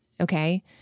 Okay